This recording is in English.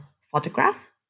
photograph